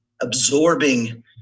absorbing